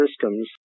systems